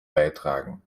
beitragen